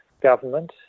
government